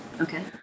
Okay